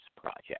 Project